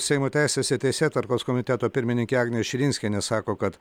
seimo teisės ir teisėtvarkos komiteto pirmininkė agnė širinskienė sako kad